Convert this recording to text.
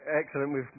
excellent